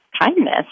kindness